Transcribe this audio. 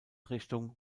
richtung